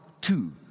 two